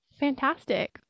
Fantastic